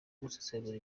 gusesengura